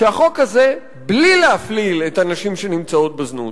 שהחוק הזה, בלי להפליל את הנשים שנמצאות בזנות,